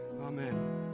amen